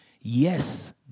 Yes